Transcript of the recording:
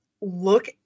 look